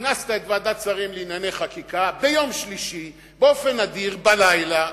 כינסת את ועדת שרים לענייני חקיקה ביום שלישי באופן נדיר בלילה,